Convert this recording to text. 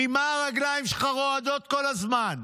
ממה הרגליים שלך רועדות כל הזמן?